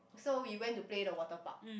so we went to play the water park